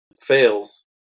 fails